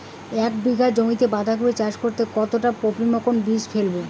এক বিঘা জমিতে বাধাকপি চাষ করতে কতটা পপ্রীমকন বীজ ফেলবো?